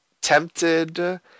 tempted